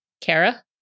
Kara